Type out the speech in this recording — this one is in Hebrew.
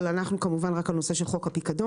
אבל אנחנו כמובן מדברים רק על הנושא של חוק הפיקדון.